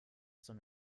zum